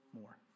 more